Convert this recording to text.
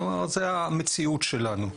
זה המציאות שלנו.